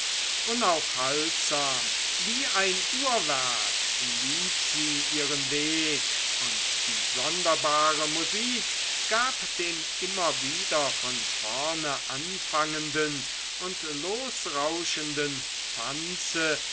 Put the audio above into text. unaufhaltsam wie ein uhrwerk lief sie ihren weg und die sonderbare musik gab dem immer wieder von vorne anfangenden und losrauschenden tanze